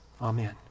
amen